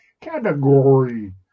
category